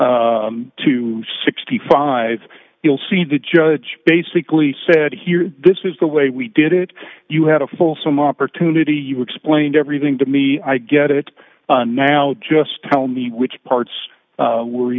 seven to sixty five you'll see the judge basically said here this is the way we did it you had a full some opportunity you explained everything to me i get it now just tell me which parts were